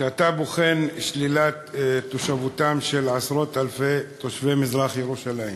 שאתה בוחן שלילת תושבותם של עשרות-אלפי תושבי מזרח-ירושלים.